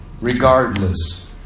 regardless